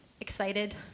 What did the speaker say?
excited